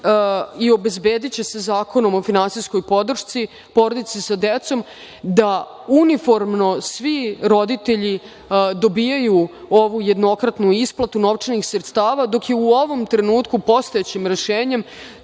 i obezbediće se Zakonom o finansijskoj podršci porodici sa decom da uniformno svi roditelji dobijaju ovu jednokratnu isplatu novčanih sredstava, dok je u ovom trenutku postojećim rešenjem